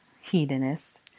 Hedonist